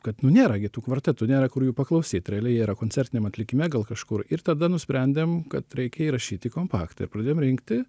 kad nu nėra gi tų kvartetų nėra kur jų paklausyt realiai jie yra koncertiniam atlikime gal kažkur ir tada nusprendėm kad reikia įrašyt į kompaktą ir pradėjom rinkti